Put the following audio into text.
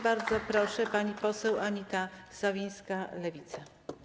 Bardzo proszę, pani poseł Anita Sowińska, Lewica.